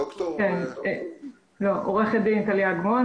אני עורכת דין טליה אגמון,